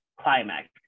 climax